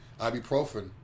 ibuprofen